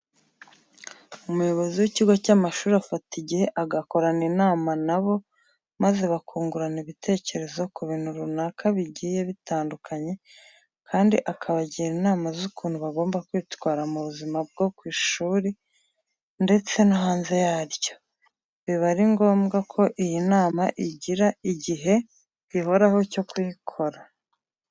Umuyobozi w'ikigo cy'amashuri afata igihe agakorana inama na bo maze bakungurana ibitekerezo ku bintu runaka bigiye bitandukanye kandi akabagira inama z'ukuntu bagomba kwitwara mu buzima bwo ku ishuri ndetse no hanze yaryo. Biba ari ngombwa ko iyi nama igira igihe gihoraho cyo kuyikora.